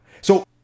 So-